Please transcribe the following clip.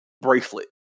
bracelet